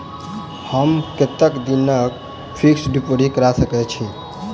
हम कतेक दिनक फिक्स्ड डिपोजिट करा सकैत छी?